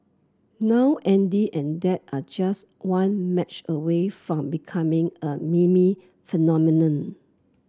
now Andy and dad are just one match away from becoming a meme phenomenon